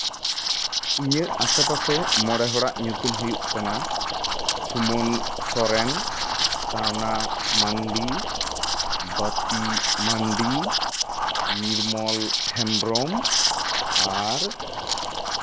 ᱤᱧᱟᱹᱜ ᱟᱥᱮ ᱯᱟᱥᱮ ᱢᱚᱬᱮ ᱦᱚᱲᱟᱜ ᱧᱩᱛᱩᱢ ᱦᱩᱭᱩᱜ ᱠᱟᱱᱟ ᱥᱩᱢᱚᱱ ᱥᱚᱨᱮᱱ ᱥᱟᱨᱱᱟ ᱢᱟᱱᱰᱤ ᱵᱟᱯᱤ ᱢᱟᱱᱰᱤ ᱱᱤᱨᱢᱚᱞ ᱦᱮᱢᱵᱨᱚᱢ ᱟᱨ